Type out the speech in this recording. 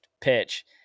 pitch